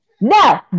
No